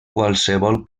qualsevol